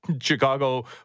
Chicago